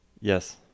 Yes